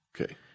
Okay